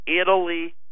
Italy